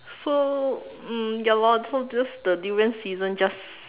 so um ya lor so the durian season just